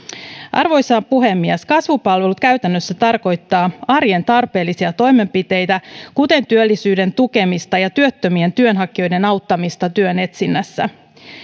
arvoisa puhemies kasvupalvelut käytännössä tarkoittavat arjen tarpeellisia toimenpiteitä kuten työllisyyden tukemista ja työttömien työnhakijoiden auttamista työn etsinnässä